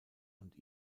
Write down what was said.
und